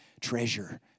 treasure